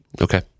Okay